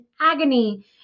agony